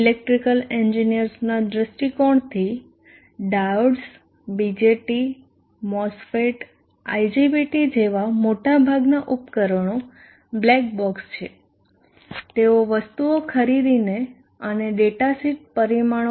electrical એન્જીનીયર્સના દૃષ્ટિકોણથી diodes BJT MOSFETs IGBTs જેવા મોટાભાગનાં ઉપકરણો બ્લેક બોક્સ છે તેઓ વસ્તુઓ ખરીદીને અને ડેટાશીટ પરિમાણો